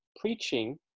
preaching